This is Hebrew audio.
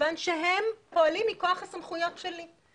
מכיוון שהם פועלים מכוח הסמכויות שלי.